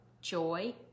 joy